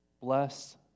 bless